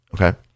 Okay